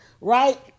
Right